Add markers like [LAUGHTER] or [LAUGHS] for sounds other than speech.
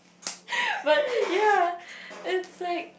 [LAUGHS] but ya it's like